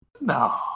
No